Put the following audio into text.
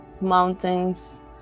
mountains